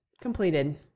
completed